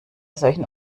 solchen